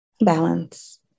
Balance